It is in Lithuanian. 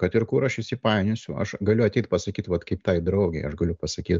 kad ir kur aš įsipainiosiu aš galiu ateit pasakyt vat kaip tai draugei aš galiu pasakyt